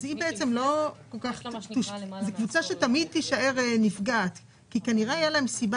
זו קבוצה שתמיד תישאר נפגעת כי כנראה יש לה סיבה,